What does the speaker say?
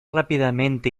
rápidamente